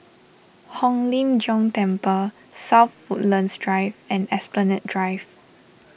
Hong Lim Jiong Temple South Woodlands Drive and Esplanade Drive